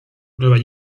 nueva